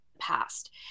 past